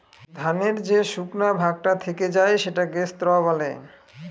ধানের যে শুকনা ভাগটা থেকে যায় সেটাকে স্ত্র বলে